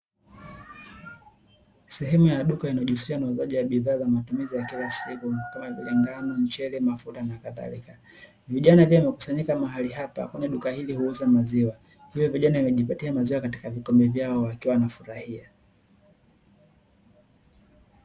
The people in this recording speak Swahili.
Sehemu ya duka inayojihusisha na uuzaji wa bidhaa za matumizi ya kila siku kama vile: ngano, mchele, mafuta na kadhalika, vijana pia wamekusanyika mahali hapa, kwani duka hili huuza maziwa hivyo vijana wamejipatia maziwa katika vikombe vyao wakiwa wanafurahia.